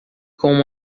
com